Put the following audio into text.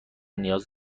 نیاز